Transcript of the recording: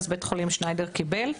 אז בית החולים שניידר קיבל.